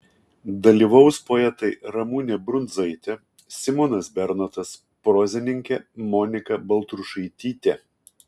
dalyvaus poetai ramunė brundzaitė simonas bernotas prozininkė monika baltrušaitytė